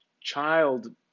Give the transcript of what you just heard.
child